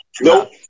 Nope